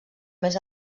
més